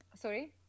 Sorry